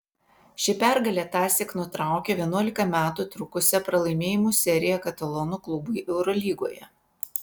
ši pergalė tąsyk nutraukė vienuolika metų trukusią pralaimėjimų seriją katalonų klubui eurolygoje